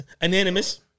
Anonymous